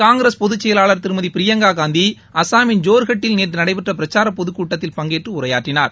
காங்கிரஸ் பொதுச் செயலாளர் திருமதி பிரியங்கா காந்தி அசாமின் ஜோர்கட்டில் நேற்று நடைபெற்ற பிரச்சார பொதுக் கூட்டத்தில் பங்கேற்று உரையாற்றினார்